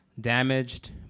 Damaged